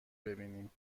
ببینیم